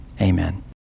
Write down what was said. Amen